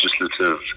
legislative